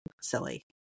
silly